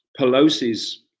Pelosi's